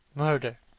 murder!